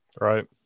Right